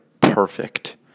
perfect